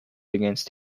against